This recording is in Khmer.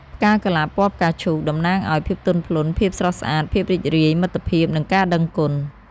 ផ្កាកុលាបពណ៌ផ្កាឈូកតំណាងឱ្យ ភាពទន់ភ្លន់ ភាពស្រស់ស្អាត ភាពរីករាយ មិត្តភាព និងការដឹងគុណ។